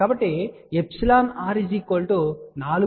కాబట్టి εr 4